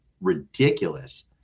ridiculous